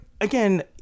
again